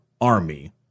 army